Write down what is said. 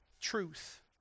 Truth